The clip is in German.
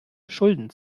schulden